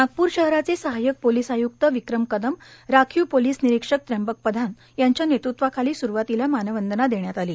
नागपूर शहराचे सहाय्यक पोलीस आय्क्त विक्रम कदम राखीव पोलीस निरिक्षक त्र्यंबक प्रधान यांच्या नेतृत्वाखाली सुरवातीला मानवंदना देण्यात आली